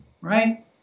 Right